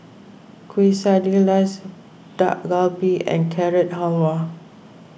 Quesadillas Dak Galbi and Carrot Halwa